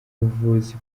buvuzi